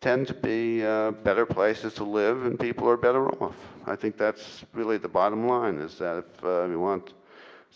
tend to be better places to live, and people are better off. i think that's really the bottom line is that ah we want